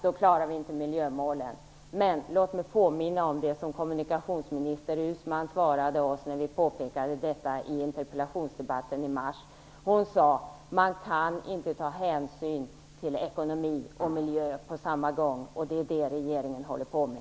Då klarar vi inte miljömålen. Men låt mig påminna om det som kommunikationsminister Uusmann svarade oss när vi påpekade detta i interpellationsdebatten i mars. Hon sade att man kan inte ta hänsyn till ekonomi och miljö på samma gång, och det är det regeringen håller på med.